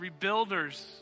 rebuilders